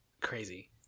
crazy